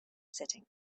setting